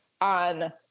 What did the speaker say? on